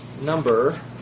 number